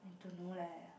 I don't know leh